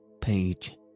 page